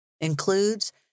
includes